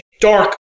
dark